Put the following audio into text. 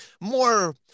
more